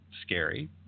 Scary